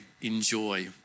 enjoy